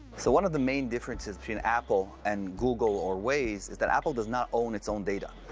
so one of the main differences between apple and google or waze is that apple does not own its own data.